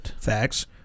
Facts